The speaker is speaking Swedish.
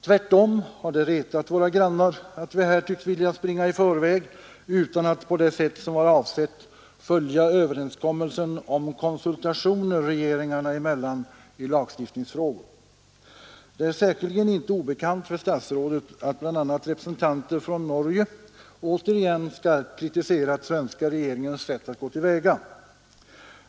Tvärtom har det retat våra grannar att vi här tycks vilja springa i förväg utan att på det sätt som har avsetts följa överenskommelsen om konsultationer regeringarna emellan i lagstiftningsfrågor. Det är säkerligen inte obekant för statsrådet att bl.a. representanter från Norge återigen skarpt kritiserat den svenska regeringens sätt att gå till väga.